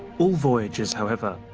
all voyages, however,